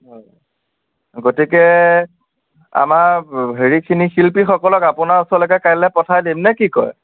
হয় গতিকে আমাৰ হেৰিখিনিক শিল্পীসকলক আপোনাৰ ওচৰলৈকে কাইলৈ পঠাই দিম নে কি কয়